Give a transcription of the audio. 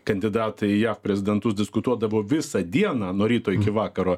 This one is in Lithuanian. kandidatai į jav prezidentus diskutuodavo visą dieną nuo ryto iki vakaro